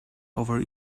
over